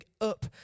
up